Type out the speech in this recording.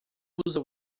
usa